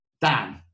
Dan